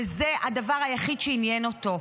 וזה הדבר היחיד שעניין אותו.